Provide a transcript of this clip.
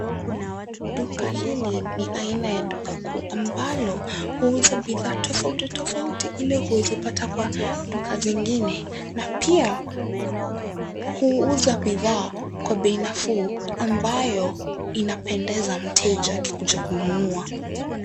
Duka hili ni aina ya duka kuu ambalo huuza bidhaa tofaut tofauti ile huwezi pata kwa duka zingine, na pia huuza bidhaa kwa bei nafuu ambayo inapendeza mteja akikuja kununua.